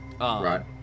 Right